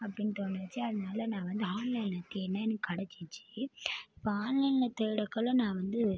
அப்படின்னு தோணுச்சு அதனால நான் வந்து ஆன்லைனில் தேட்ன எனக்கு கிடைச்சிச்சி இப்போ ஆன்லைனில் தேடக்குள்ள நான் வந்து